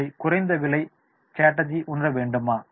இல்லை குறைந்த விலை ஸ்ட்ராட்டஜியை உணர வேண்டுமா